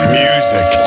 music